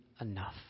enough